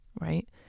right